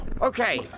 Okay